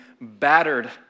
battered